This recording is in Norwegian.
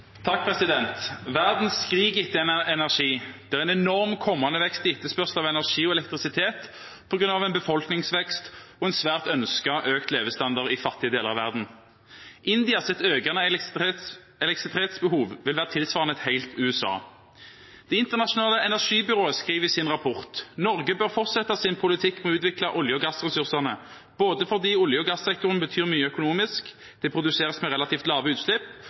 en enorm kommende vekst i etterspørsel etter energi og elektrisitet på grunn av befolkningsvekst og en svært ønsket økt levestandard i fattige deler av verden. Indias økende elektrisitetsbehov vil være tilsvarende et helt USA. Det internasjonale energibyrået skriver i en rapport at Norge bør fortsette sin politikk med å utvikle olje- og gassressursene, både fordi olje- og gassektoren betyr mye økonomisk, fordi det produseres med relativt lave utslipp,